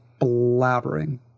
blabbering